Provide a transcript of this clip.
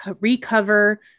recover